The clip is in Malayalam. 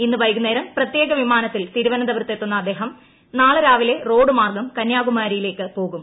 ഇന്ന് വൈകുന്നേരം പ്രത്യേക വിമാനത്തിൽ തിരുവനന്തപുരത്ത് എത്തുന്ന അദ്ദേഹം നാളെ രാവിലെ റോഡുമാർഗം കന്യാകുമാരിയിലേക്ക് പോകും